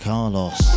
Carlos